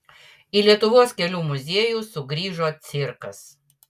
į lietuvos kelių muziejų sugrįžo cirkas